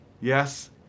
Yes